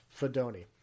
Fedoni